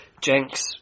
Jenks